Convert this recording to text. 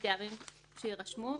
מטעמים שיירשמו,